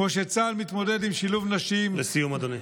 כמו שצה"ל מתמודד עם שילוב נשים, לסיום, אדוני.